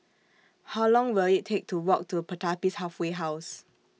How Long Will IT Take to Walk to Pertapis Halfway House